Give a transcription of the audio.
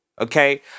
Okay